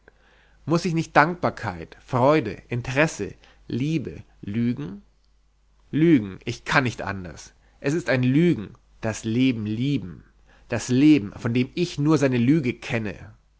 muß ich nicht dankbarkeit freude interesse liebe lügen lügen ich kann nicht anders es ist ein lügen das leben lieben das leben von dem ich nur seine lüge kenne